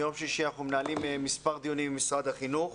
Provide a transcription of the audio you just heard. מיום שישי אנחנו מנהלים מספר דיונים עם משרד החינוך.